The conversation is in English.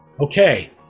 Okay